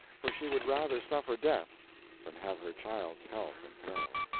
for she would rather suffer death than have her child's health imperiled.